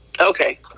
Okay